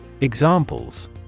Examples